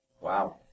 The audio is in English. Wow